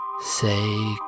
say